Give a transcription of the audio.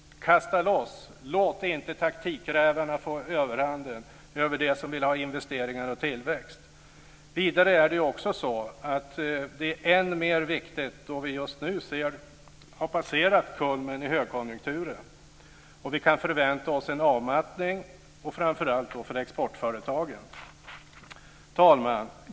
Kasta loss! Låt inte taktikrävarna få överhanden över dem som vill ha investeringar och tillväxt! Vidare är det här än mer viktigt då vi just nu har passerat kulmen i högkonjunkturen, och vi kan förvänta oss en avmattning, framför allt för exportföretagen. Fru talman!